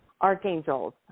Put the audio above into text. archangels